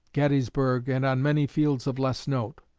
gettysburg, and on many fields of less note.